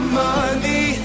money